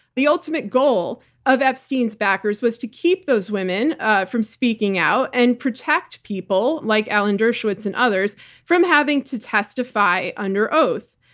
the ultimate goal of epstein's backers was to keep those women ah from speaking out and protect people like alan dershowitz and others from having to testify under oath.